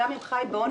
גם אם חי בעוני,